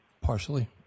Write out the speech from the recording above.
Partially